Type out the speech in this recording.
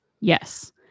Yes